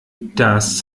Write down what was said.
das